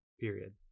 period